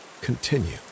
continue